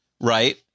right